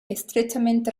estrechamente